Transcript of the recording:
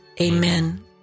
Amen